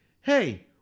Hey